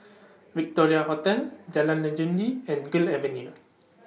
Victoria Hotel Jalan Legundi and Gul Avenue